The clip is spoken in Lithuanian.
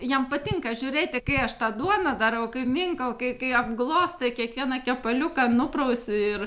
jam patinka žiūrėti kai aš tą duoną darau kaip minkau kai kai apglostai kiekvieną kepaliuką nuprausi ir